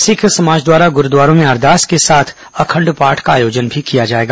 सिख समाज द्वारा गुरूद्वारों में अरदास के साथ अखंड पाठ का आयोजन किया जाएगा